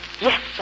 Yes